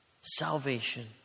salvation